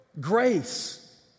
grace